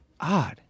odd